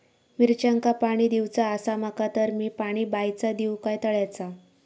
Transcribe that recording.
मिरचांका पाणी दिवचा आसा माका तर मी पाणी बायचा दिव काय तळ्याचा?